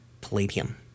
palladium